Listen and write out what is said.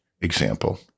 example